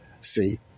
See